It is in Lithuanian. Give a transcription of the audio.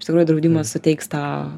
iš tikrųjų draudimas suteiks tą